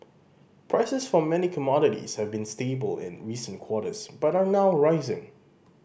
prices for many commodities have been stable in recent quarters but are now rising